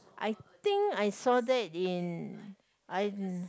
I think I saw that in I